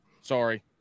Sorry